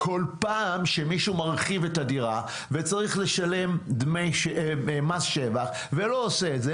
כל פעם שמישהו מרחיב את הדירה וצריך לשלם מס שבח ולא משלם,